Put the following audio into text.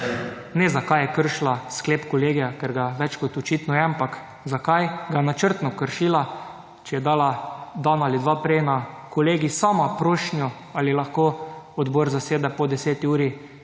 ne zakaj je kršila sklep Kolegija, ker ga več kot očitno je, ampak zakaj ga je načrtno kršila, če je dala dan ali dva prej na Kolegij sama prošnjo ali lahko odbor zaseda po deseti uri,